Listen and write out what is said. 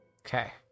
okay